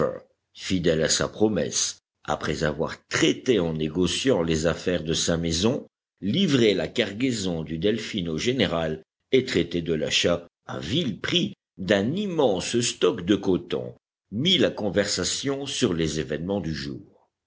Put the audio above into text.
fidèle à sa promesse après avoir traité en négociant les affaires de sa maison livré la cargaison du delphin au général et traité de l'achat à vil prix d'un immense stock de coton mit la conversation sur les événements du jour